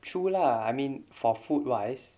true lah I mean for food wise